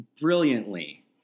brilliantly